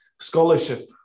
scholarship